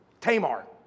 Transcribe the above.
Tamar